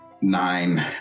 nine